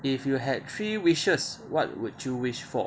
if you had three wishes what would you wish for